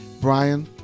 Brian